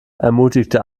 ermutigte